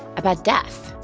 about death?